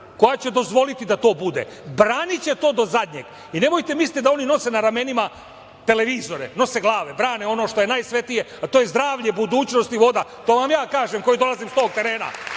koja će to dozvoliti da to bude. Braniće to do zadnjeg i nemojte da mislite da oni nose na ramenima televizore, nose glave, brane ono što je svetije, a to je zdravlje, budućnost i voda, to vam ja kažem koji dolazim s tog terena. Mačva